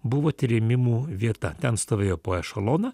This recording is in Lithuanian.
buvo trėmimų vieta ten stovėjo po ešeloną